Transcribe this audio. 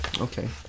Okay